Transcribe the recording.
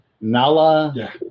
Nala